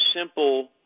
simple